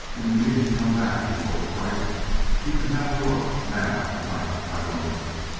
and you needn't come back, he told kreiss you can have a look now, to-night, by moonlight.